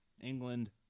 England